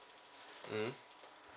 mm